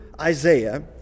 Isaiah